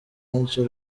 menshi